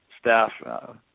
staff